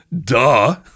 duh